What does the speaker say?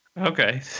Okay